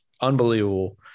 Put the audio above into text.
unbelievable